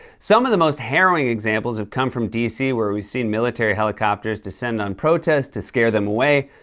some of the most harrowing examples have come from d c, where we've seen military helicopters descend on protests to scare them away,